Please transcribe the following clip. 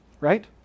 right